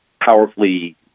powerfully